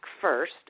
First